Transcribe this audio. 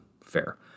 fair